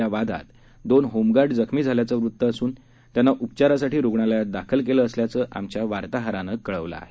या वादात दोन होमगार्ड जखमी झाल्याचं वृत असून त्यांना उपचारासाठी रुग्णालयात दाखल केलं असल्याचं आमच्या वार्ताहरानं कळवलं आहे